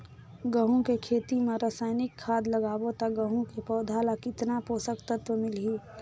गंहू के खेती मां रसायनिक खाद डालबो ता गंहू के पौधा ला कितन पोषक तत्व मिलही?